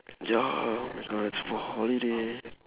ya oh my god it's for holiday